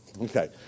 Okay